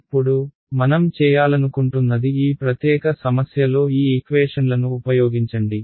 ఇప్పుడు మనం చేయాలనుకుంటున్నది ఈ ప్రత్యేక సమస్యలో ఈ ఈక్వేషన్లను ఉపయోగించండి